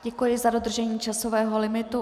Děkuji za dodržení časového limitu.